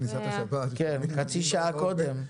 חצי שעה קודם.